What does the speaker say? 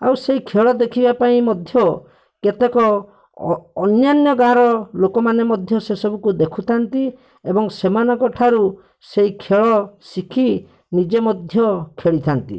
ଆଉ ସେଇ ଖେଳ ଦେଖିବାପାଇଁ ମଧ୍ୟ କେତେକ ଅନ୍ୟାନ୍ୟ ଗାଁ'ର ଲୋକମାନେ ମଧ୍ୟ ସେସବୁକୁ ଦେଖୁଥାନ୍ତି ଏବଂ ସେମାନଙ୍କଠାରୁ ସେଇ ଖେଳ ଶିଖି ନିଜେ ମଧ୍ୟ ଖେଳିଥାନ୍ତି